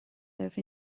libh